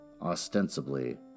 Ostensibly